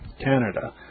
Canada